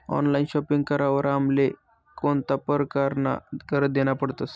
Online shopping करावर आमले कोणता परकारना कर देना पडतस?